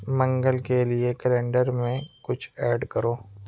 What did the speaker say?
منگل کے لیے کیلنڈر میں کچھ ایڈ کرو